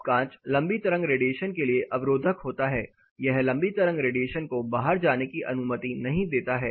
अब कांच लंबी तरंग रेडिएशन के लिए अवरोधक होता है यह लंबी तरंग रेडिएशन को बाहर जाने की अनुमति नहीं देता है